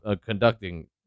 conducting